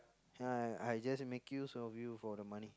yeah I just make use of you for the money